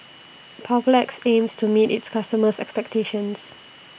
Papulex aims to meet its customers' expectations